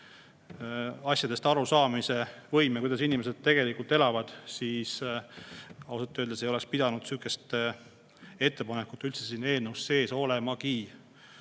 saada, [aru saada sellest,] kuidas inimesed tegelikult elavad, siis ausalt öeldes ei oleks pidanud sihukest ettepanekut üldse siin eelnõus sees olemagi.